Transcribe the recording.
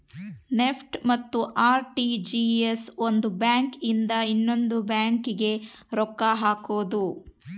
NEFT ಮತ್ತ RTGS ಒಂದ್ bank ಇಂದ ಇನ್ನೊಂದು ಬ್ಯಾಂಕ್ ಗೆ ರೊಕ್ಕ ಹಕೋದು